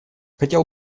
хотел